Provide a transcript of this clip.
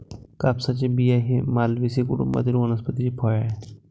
कापसाचे बिया हे मालवेसी कुटुंबातील वनस्पतीचे फळ आहे